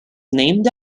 named